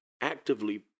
actively